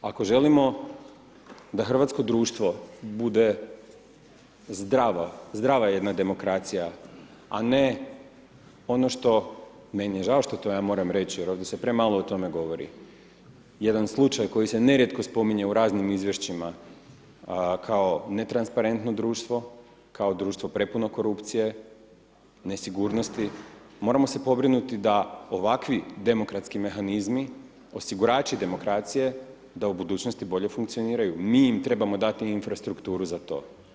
Ako želimo da hrvatsko društvo bude zdrava jedna demokracija a ne ono što, meni je žao što to ja moram reći jer ovdje se premalo o tome govori, jedan slučaj koji se nerijetko spominje u raznim izvješćima kao netransparentno društvo, kao društvo prepuno korupcije, nesigurnosti, moramo se pobrinuti da ovakvi demokratski mehanizmi, osigurači demokracije da u budućnosti bolje funkcioniraju, mi im trebamo dati infrastrukturu za to.